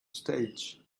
stage